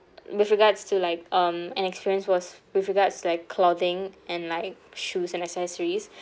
with regards to like um an experience was with regards like clothing and like shoes and accessories